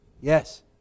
Yes